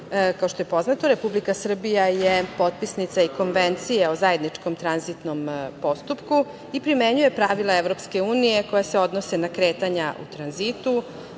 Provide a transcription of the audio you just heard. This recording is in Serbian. Kao što je poznato, Republika Srbija je potpisnica i Konvencije o zajedničkom tranzitnom postupku i primenjuje pravila EU koja se odnose na kretanja u tranzitu. Pravila